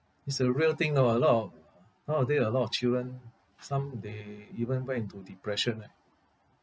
it's a real thing you know a lot of nowaday a lot of children some they even went into depression eh